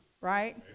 right